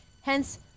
Hence